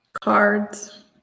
Cards